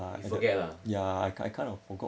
you forget ah